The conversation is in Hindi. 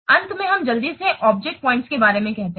अंत में हम जल्दी से ऑब्जेक्ट पॉइंट के बारे में कहते हैं